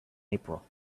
april